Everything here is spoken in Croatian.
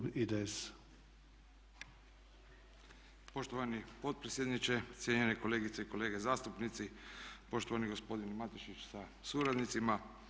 Poštovani potpredsjedniče, cijenjeni kolegice i kolege zastupnici, poštovani gospodine Matešić sa suradnicima.